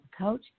Coach